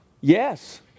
Yes